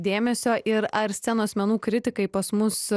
dėmesio ir ar scenos menų kritikai pas mus